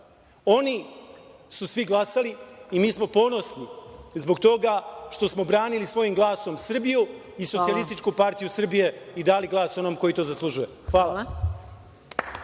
Oni su svi glasali i mi smo ponosni zbog toga što smo branili svojim glasom Srbiju i SPS i dali glas onom koji to zaslužuje. Hvala.